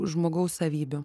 žmogaus savybių